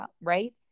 right